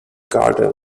garden